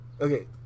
Okay